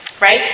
Right